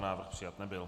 Návrh přijat nebyl.